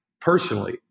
personally